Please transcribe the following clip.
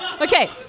Okay